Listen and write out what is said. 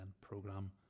program